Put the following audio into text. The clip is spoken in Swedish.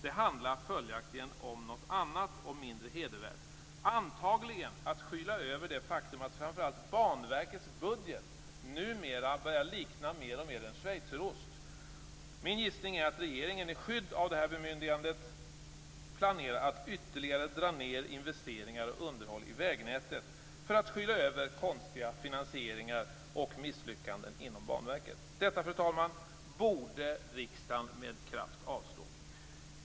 Det handlar följaktligen om något annat och mindre hedervärt - antagligen att skyla över det faktum att framför allt Banverkets budget nu mer och mer börjar likna en schweizerost. Min gissning är att regeringen i skydd av detta bemyndigande planerar att ytterligare dra ned investeringar i och underhåll av vägnätet för att skyla över konstiga finansieringar och misslyckanden inom Banverket. Detta, fru talman, borde riksdagen med kraft avslå.